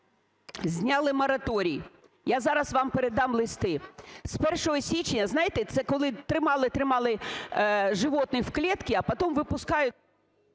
Зняли мораторій. Я зараз вам передам листи. З 1 січня, знаєте, це коли тримали-тримали животных в клетке, а потом выпускают…